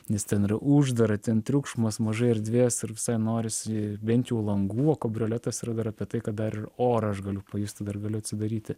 nes ten yra uždara ten triukšmas mažai erdvės ir norisi bent jau langų o kabrioletas yra dar apie tai kad dar ir orą aš galiu pajusti dar galiu atsidaryti